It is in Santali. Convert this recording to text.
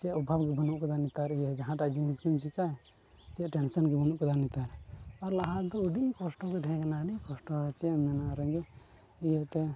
ᱪᱮᱫ ᱚᱵᱷᱟᱵᱽ ᱜᱮ ᱵᱟᱹᱱᱩᱜ ᱠᱟᱫᱟ ᱱᱮᱛᱟᱨ ᱤᱭᱟᱹ ᱡᱟᱦᱟᱸᱴᱟᱜ ᱡᱤᱱᱤᱥ ᱪᱤᱠᱟᱹ ᱪᱮᱫ ᱴᱮᱱᱥᱮᱱ ᱜᱮ ᱵᱟᱹᱱᱩᱜ ᱠᱟᱫᱟ ᱱᱮᱛᱟᱨ ᱟᱨ ᱞᱟᱦᱟ ᱫᱚ ᱟᱹᱰᱤ ᱠᱚᱥᱴᱚ ᱨᱮᱞᱮ ᱛᱟᱦᱮᱸ ᱠᱟᱱᱟ ᱟᱹᱰᱤ ᱠᱚᱥᱴᱚ ᱪᱮᱫ ᱮᱢ ᱢᱮᱱᱟ ᱨᱮᱸᱜᱮᱡ ᱤᱭᱟᱹᱛᱮ